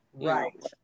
Right